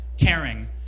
caring